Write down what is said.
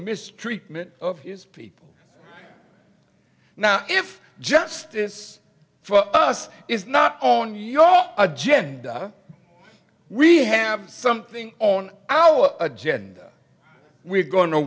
mistreatment of people now if justice for us is not on your agenda we have something on our agenda we're go